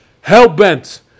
hell-bent